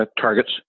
targets